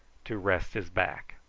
to rest his back.